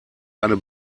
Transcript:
eine